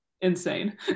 insane